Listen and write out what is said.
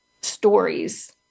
stories